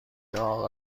داغ